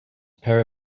pair